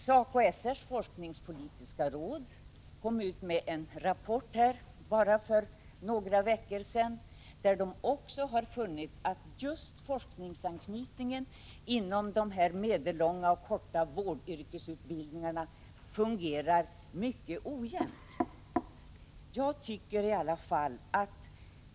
SACO/SR:s forskningspolitiska råd kom ut med en rapport för bara några veckor sedan, enligt vilken man också funnit att forskningsanknytningen inom de medellånga och korta vårdyrkesutbildningarna fungerar mycket ojämnt.